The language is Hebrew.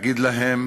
להגיד להם